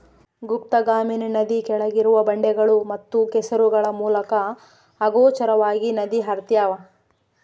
ಗುಪ್ತಗಾಮಿನಿ ನದಿ ಕೆಳಗಿರುವ ಬಂಡೆಗಳು ಮತ್ತು ಕೆಸರುಗಳ ಮೂಲಕ ಅಗೋಚರವಾಗಿ ನದಿ ಹರ್ತ್ಯಾವ